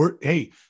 hey